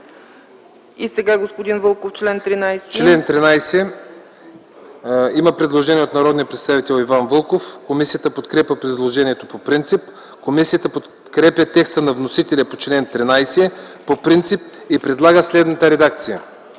ИВАН ВЪЛКОВ: По чл. 13 има предложение от народния представител Иван Вълков. Комисията подкрепя предложението по принцип. Комисията подкрепя текста на вносителя за чл. 13 по принцип и предлага следната редакция: